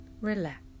Relax